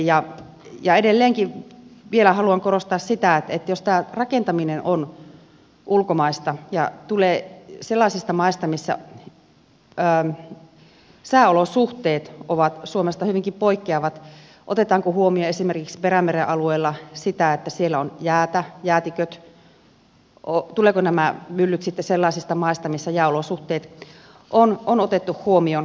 ja edelleenkin vielä haluan korostaa sitä että jos tämä rakentaminen on ulkomaista ja tulee sellaisista maista missä sääolosuhteet ovat suomesta hyvinkin poikkeavat niin otetaanko huomioon esimerkiksi sitä että perämeren alueella on jäätä jäätiköt tulevatko nämä myllyt sitten sellaisista maista missä jääolosuhteet on otettu huomioon